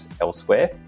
elsewhere